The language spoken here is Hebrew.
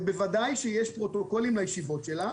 הוועדה ובוודאי שיש פרוטוקולים לישיבות שלה.